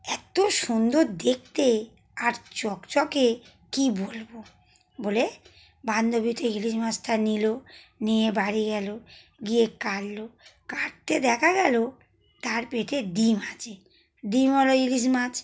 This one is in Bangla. এতো সুন্দর দেখতে আর চকচকে কী বলবো বলে বান্ধবীটি ইলিশ মাছটা নিলো নিয়ে বাড়ি গেলো গিয়ে কাটলো কাটতে দেখা গেলো তার পেটে ডিম আছে ডিমওয়ালা ইলিশ মাছ